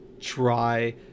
try